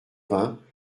vingts